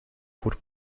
voor